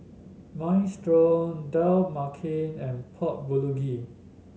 Minestrone Dal Makhani and Pork Bulgogi